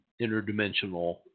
interdimensional